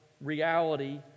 reality